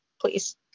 please